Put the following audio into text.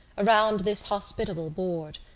around this hospitable board.